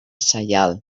saial